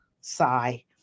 sigh